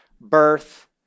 birth